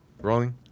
Rolling